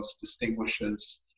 distinguishes